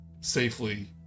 safely